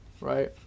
right